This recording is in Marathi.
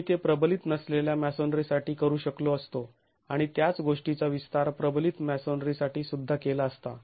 आम्ही ते प्रबलित नसलेल्या मॅसोनरीसाठी करू शकलो असतो आणि त्याच गोष्टीचा विस्तार प्रबलित मॅसोनरीसाठी सुद्धा केला असता